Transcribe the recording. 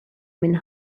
minn